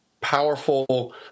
powerful